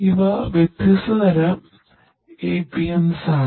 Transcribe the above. ഇവ വ്യത്യസ്ത തരം എപിഎമ്മുകളാണ്